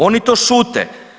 Oni to šute.